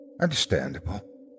Understandable